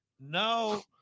No